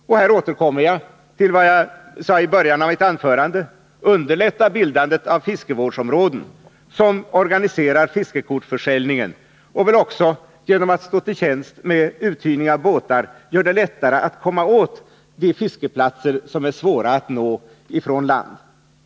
Här återkommer jag till vad jag sade i början av mitt anförande: Underlätta bildandet av fiskevårdsområden, som organiserar fiskekortsförsäljningen och som väl också genom att stå till tjänst med uthyrning av båtar gör det lättare att komma åt de fiskeplatser som är svåra att nå från land!